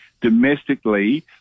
domestically